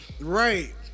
Right